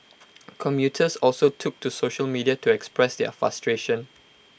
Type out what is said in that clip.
commuters also took to social media to express their frustration